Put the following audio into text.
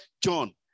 John